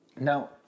Now